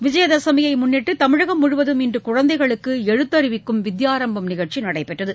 விஜயதசமியை முன்னிட்டு தமிழகம் முழுவதும் இன்று குழந்தைகளுக்கு எழுத்தறிவிக்கும் வித்யாரம்பம் நிகழ்ச்சி நடைபெற்றது